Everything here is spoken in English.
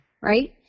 right